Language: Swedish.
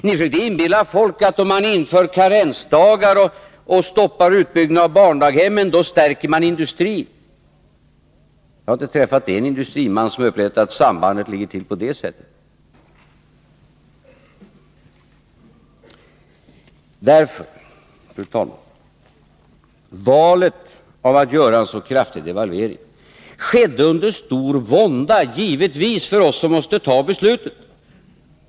Ni försökte inbilla folk att om man inför karensdagar och stoppar utbyggnaden av daghemmen, då stärker man industrin. Jag har inte träffat en enda industriman som har upplevt att sambandet ligger till på det sättet. Fru talman! Valet att göra en så kraftig devalvering skedde givetvis under stor vånda för oss som måste fatta beslutet.